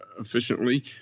efficiently